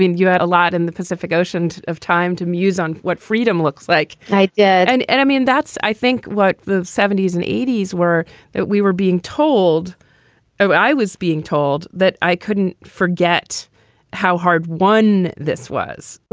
you had a lot in the pacific ocean of time to muse on what freedom looks like. i did. and and i mean, that's i think what the seventy s and eighty s were that we were being told i was being told that i couldn't forget how hard won this was.